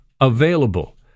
available